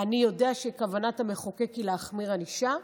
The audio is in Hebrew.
אני יודע שכוונת המחוקק היא להחמיר ענישה,